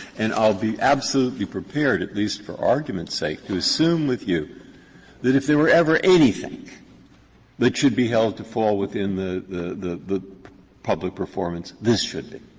ah be absolutely prepared, at least for argument's sake, to assume with you that if there were ever anything that should be held to fall within the public performance, this should be.